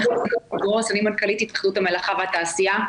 אני מנכ"לית התאחדות המלאכה והתעשייה,